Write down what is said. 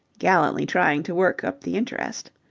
gallantly trying to work up the interest.